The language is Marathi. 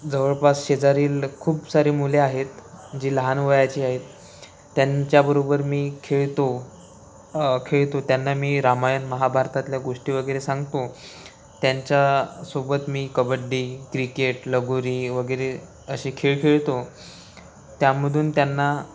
जवळपास शेजारील खूप सारे मुले आहेत जी लहान वयाची आहेत त्यांच्याबरोबर मी खेळतो खेळतो त्यांना मी रामायण महाभारतातल्या गोष्टी वगैरे सांगतो त्यांच्यासोबत मी कबड्डी क्रिकेट लगोरी वगैरे असे खेळ खेळतो त्यामधून त्यांना